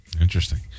Interesting